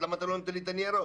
למה אתה לא נותן לי את הניירות?